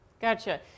Gotcha